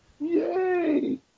Yay